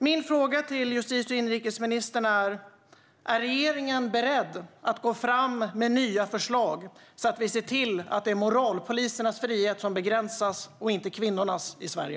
Min fråga till justitie och inrikesministern är: Är regeringen beredd att gå fram med nya förslag för att se till att det är moralpolisernas och inte kvinnornas frihet som begränsas i Sverige?